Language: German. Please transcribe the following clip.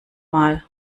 mal